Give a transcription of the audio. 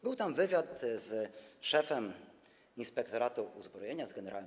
Był tam wywiad z szefem Inspektoratu Uzbrojenia gen.